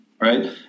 right